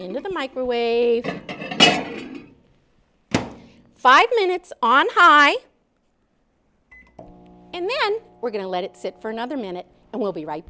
into the microwave five minutes on and then we're going to let it sit for another minute and we'll be right